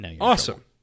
awesome